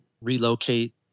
relocate